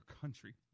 country